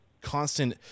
constant